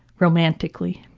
romantically.